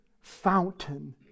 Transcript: fountain